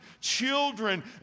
children